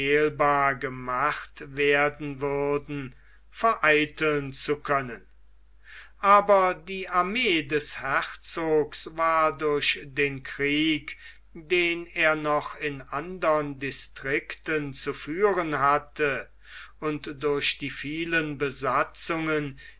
gemacht werden würden vereiteln zu können aber die armee des herzogs war durch den krieg den er noch in andern distrikten zu führen hatte und durch die vielen besatzungen